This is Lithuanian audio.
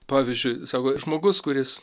pavyzdžiui sako žmogus kuris